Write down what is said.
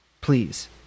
Please